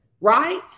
Right